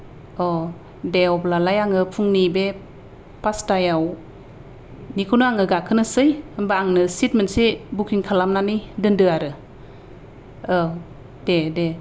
अ' दे अब्लालाय आङो फुंनि बे पासतायाव बेखौनो आङो गाखोनोसै होम्बा आंनो सित मोनसे बुकिं खालामनानै दोन्दो आरो औ दे दे